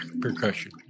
percussion